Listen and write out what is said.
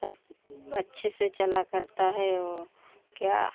सब अच्छे से चला करता है और क्या